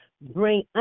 bring